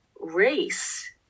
race